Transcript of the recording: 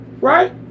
right